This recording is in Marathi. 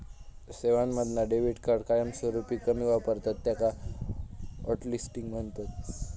सेवांमधना डेबीट कार्ड कायमस्वरूपी कमी वापरतत त्याका हॉटलिस्टिंग म्हणतत